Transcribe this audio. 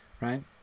right